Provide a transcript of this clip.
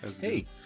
Hey